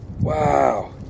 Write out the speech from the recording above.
Wow